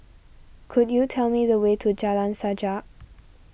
could you tell me the way to Jalan Sajak